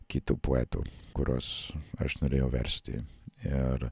kitų poetų kuriuos aš norėjau versti ir